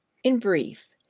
in brief,